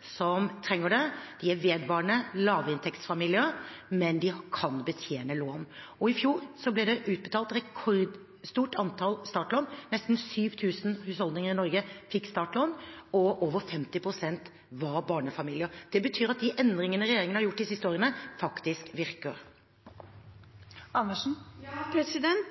som trenger det. De er vedvarende lavinntektsfamilier, men de kan betjene lån. Og i fjor ble det utbetalt et rekordstort antall startlån; nesten 7 000 husholdninger i Norge fikk startlån, og over 50 pst. av dem var barnefamilier. Det betyr at de endringene regjeringen har gjort de siste årene, faktisk virker.